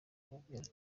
amubwira